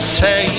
say